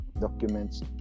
documents